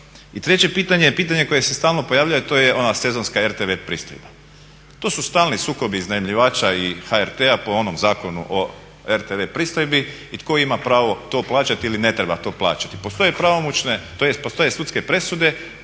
I treće pitanje je pitanje koje se stalno pojavljuje, a to je ona sezonska RTV pristojba. To su stalni sukobi iznajmljivača i HRT-a po onom Zakonu o RTV pristojbi i tko ima pravo plaćati ili ne treba to plaćati. Postoje pravomoćne, tj. postoje sudske presude